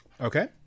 Okay